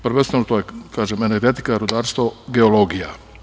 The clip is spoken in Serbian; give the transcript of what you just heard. Prvenstveno to je energetika, rudarstvo, geologija.